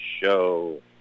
show